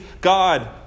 God